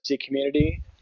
community